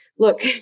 look